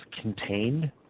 contained